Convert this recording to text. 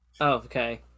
okay